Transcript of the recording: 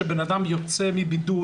שאדם יוצא מבידוד,